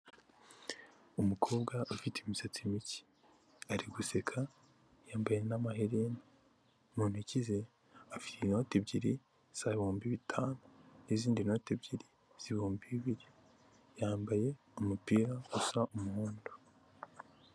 Umukobwa ufite imisatsi mike ari guseka yambaye n'amaherene mu ntoki ze afite inoti ebyiri z'ibihumbi bitanu n'izindi noti ebyiri z'ibihumbi bibiri yambaye umupira usa umuhondo.